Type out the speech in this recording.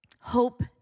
Hope